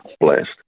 blessed